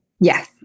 Yes